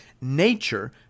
Nature